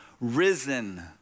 risen